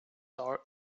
are